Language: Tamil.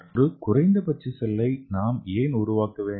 ஒரு குறைந்தபட்ச செல்லை நாம் ஏன் உருவாக்க வேண்டும்